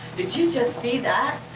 did you just see that?